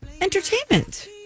entertainment